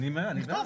אני בעד.